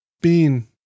Bean